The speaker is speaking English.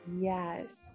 Yes